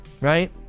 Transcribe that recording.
right